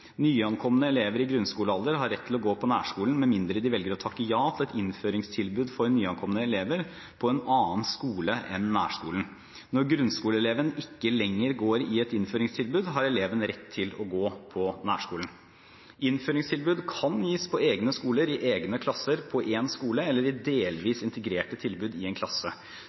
å gå på nærskolen, med mindre de velger å takke ja til et innføringstilbud for nyankomne elever på en annen skole enn nærskolen. Når grunnskoleeleven ikke lenger går i et innføringstilbud, har eleven rett til å gå på nærskolen. Innføringstilbud kan gis i egne klasser på en skole eller i delvis integrerte tilbud i en klasse.